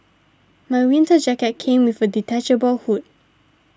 my winter jacket came with a detachable hood